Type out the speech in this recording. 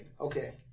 Okay